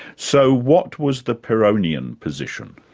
so what was the pironian position?